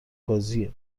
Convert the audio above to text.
بازیه